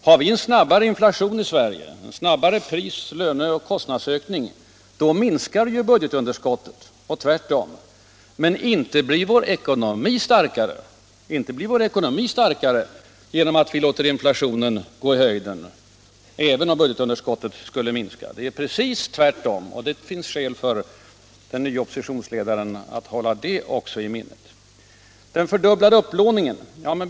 Har vi en snabbare inflation i Sverige — snabbare pris-, löne och kostnadsökning —- minskar budgetunderskottet, och tvärtom. Men inte blir vår ekonomi starkare därför att vi låter inflationen gå i höjden, även om budgetunderskottet skulle minska. Det är precis tvärtom. Det finns skäl för den nye oppositionsledaren att hålla också det i minnet.